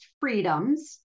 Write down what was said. freedoms